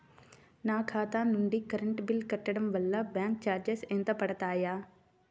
నా ఖాతా నుండి కరెంట్ బిల్ కట్టడం వలన బ్యాంకు చార్జెస్ ఎంత పడతాయా?